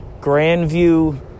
Grandview